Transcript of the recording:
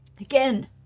Again